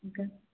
ఇంకా